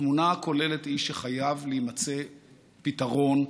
התמונה הכוללת היא שחייב להימצא פתרון,